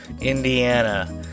Indiana